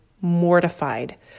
mortified